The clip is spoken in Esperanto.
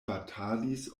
batalis